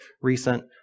recent